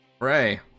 ray